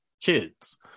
kids